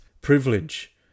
privilege